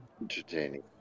Entertaining